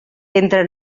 entre